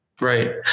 Right